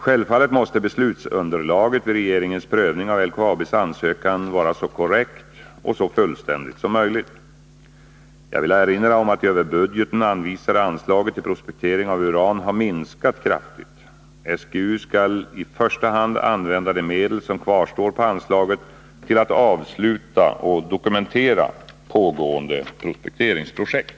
Självfallet måste beslutsunderlaget vid regeringens prövning av LKAB:s ansökan vara så korrekt och fullständigt som möjligt. Jag vill erinra om att det över budgeten anvisade anslaget till prospektering av uran har minskat kraftigt. SGU skall i första hand använda de medel som kvarstår på anslaget till att avsluta och dokumentera pågående prospekteringsprojekt.